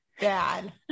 bad